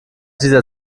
dieser